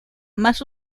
más